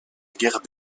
guerre